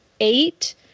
eight